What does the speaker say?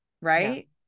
Right